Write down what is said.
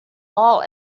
all